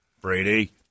Brady